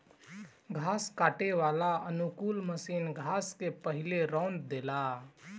घास काटे वाला अनुकूलक मशीन घास के पहिले रौंद देला